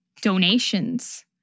donations